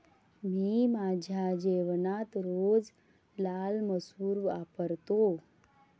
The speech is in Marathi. मी माझ्या जेवणात रोज लाल मसूर वापरतो